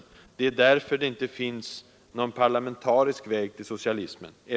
——— Det är därför det inte finns någon parlamentarisk väg till socialismen.